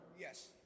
Yes